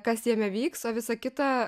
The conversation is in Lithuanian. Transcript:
kas jame vyks o visa kita